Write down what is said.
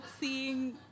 seeing